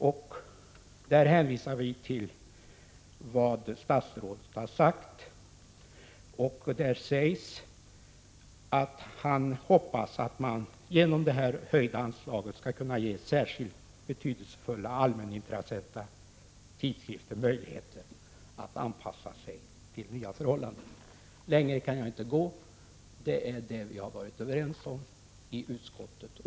Därvidlag hänvisar vi till vad statsrådet har sagt, nämligen att han hoppas att man genom det höjda anslaget skall kunna ge särskilt betydelsefulla allmänintressanta tidskrifter möjligheter att anpassa sig till nya förhållanden. Längre kan jag inte gå; det är detta vi varit överens om i utskottet.